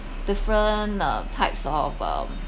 different uh types of um